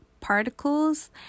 particles